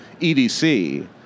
EDC